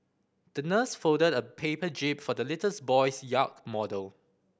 the nurse folded a paper jib for the little boy's yacht model